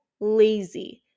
lazy